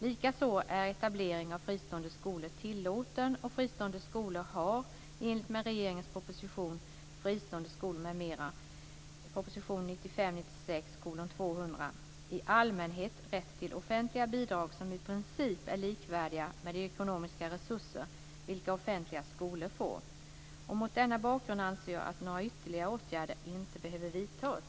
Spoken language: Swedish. Likaså är etablering av fristående skolor tillåten, och fristående skolor har, i enlighet med regeringens proposition Fristående skolor m.m. , i allmänhet rätt till offentliga bidrag som i princip är likvärdiga med de ekonomiska resurser vilka offentliga skolor får. Mot denna bakgrund anser jag att några ytterligare åtgärder inte behöver vidtas.